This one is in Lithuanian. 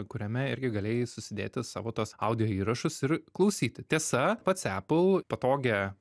kuriame irgi galėjai susidėti savo tuos audio įrašus ir klausyti tiesa pats apple patogią